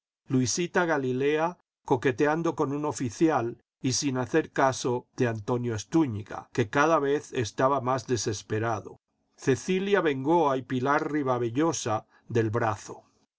luisita galilea coqueteando con un oficial y sin hacer caso de antonio estúñiga que cada vez estaba más desesperado cecilia bengoa y pilar ribavellosa del brazo al